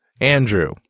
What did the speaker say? Andrew